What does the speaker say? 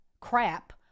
crap